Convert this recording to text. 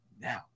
now